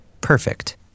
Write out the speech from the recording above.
perfect